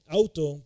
auto